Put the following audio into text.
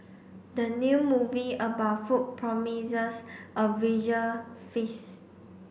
the new movie about food promises a visual feast